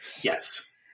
yes